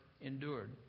endured